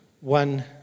one